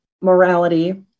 morality